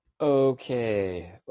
Okay